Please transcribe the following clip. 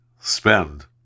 spend